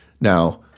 Now